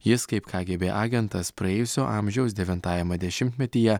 jis kaip kgb agentas praėjusio amžiaus devintajame dešimtmetyje